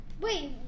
Wait